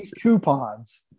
coupons